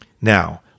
Now